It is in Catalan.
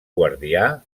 guardià